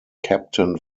captain